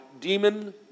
demon